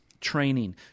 training